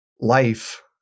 life